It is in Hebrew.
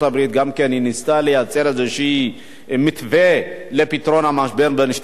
גם היא ניסתה לייצר איזה מתווה לפתרון המשבר בין שתי המדינות.